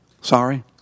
Sorry